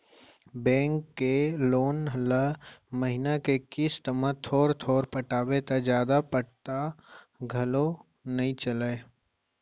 bank के loan ल महिना के किस्त म थोर थोर पटाबे त जादा पता घलौ नइ चलय